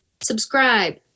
subscribe